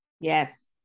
Yes